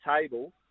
table